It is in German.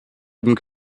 dem